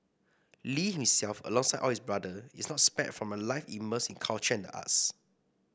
Lee himself alongside all his brothers is not spared from a life immersed in culture and the arts